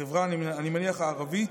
אני מניח בחברה הערבית,